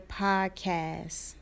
podcast